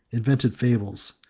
invented fables,